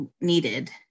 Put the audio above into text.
needed